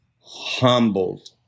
humbled